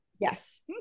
Yes